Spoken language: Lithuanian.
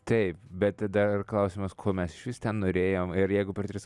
taip bet dar klausimas ko mes išvis ten norėjom ir jeigu per tris